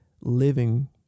living